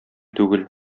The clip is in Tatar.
түгел